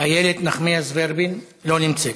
איילת נחמיאס ורבין, לא נמצאת.